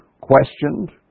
questioned